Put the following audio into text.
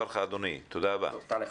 ברשותכם,